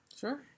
sure